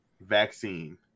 Vaccine